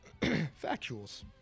Factuals